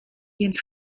więc